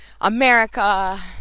America